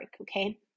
okay